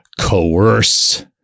coerce